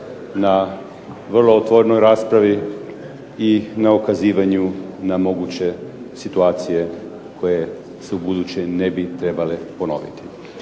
na vrlo otvorenoj raspravi i na ukazivanju na moguće situacije koje se ubuduće ne bi trebale ponoviti.